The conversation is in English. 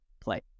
play